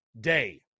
day